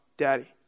Daddy